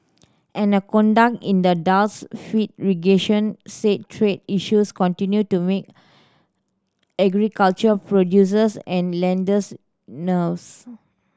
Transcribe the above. and a contact in the Dallas Fed region said trade issues continue to make agricultural producers and lenders